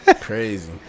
crazy